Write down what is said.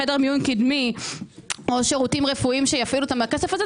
חדר מיון קדמי או שירותים רפואיים שיפעילו מהכסף הזה,